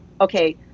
okay